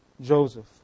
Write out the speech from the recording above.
Joseph